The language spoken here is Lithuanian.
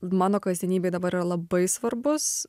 mano kasdienybė dabar yra labai svarbus